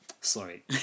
sorry